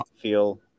feel